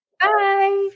Bye